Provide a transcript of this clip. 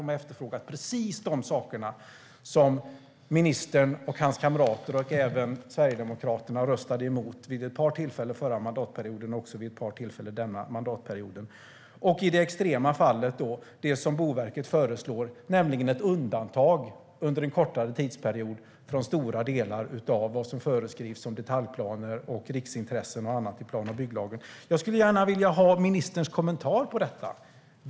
De har efterfrågat precis de saker som ministern och hans kamrater och även Sverigedemokraterna röstade emot vid ett par tillfällen under den förra mandatperioden och också vid ett par tillfällen under denna mandatperiod. Och i det extrema fallet krävs det som Boverket föreslår, nämligen ett undantag under en kortare tidsperiod från stora delar av det som föreskrivs som detaljplaner, riksintressen och annat i plan och bygglagen. Jag skulle gärna vilja ha ministerns kommentar till detta.